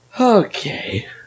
Okay